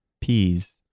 Peas